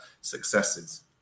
successes